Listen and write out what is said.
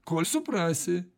kol suprasi